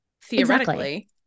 theoretically